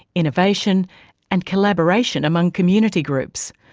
innovation and collaboration among community groups.